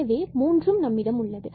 எனவே மூன்று நம்மிடம் உள்ளது